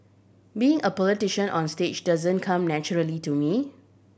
being a politician onstage doesn't come naturally to me